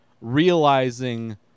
realizing